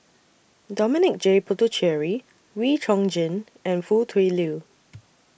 Dominic J Puthucheary Wee Chong Jin and Foo Tui Liew